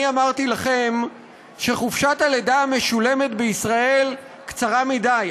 אני אמרתי לכם שחופשת הלידה המשולמת בישראל קצרה מדי.